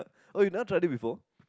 oh you never tried it before